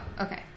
okay